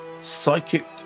Psychic